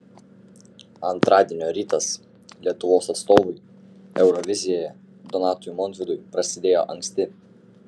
antradienio rytas lietuvos atstovui eurovizijoje donatui montvydui prasidėjo anksti